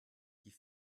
die